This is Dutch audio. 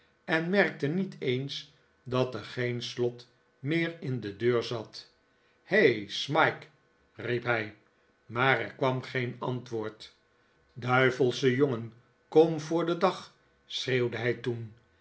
en merkte niet eens dat er geen slot meer in de deur zat hei smike riep hij maar er kwam geen antwoord duivelsche jongen kom voor den dag schreeuwde hij toen